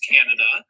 Canada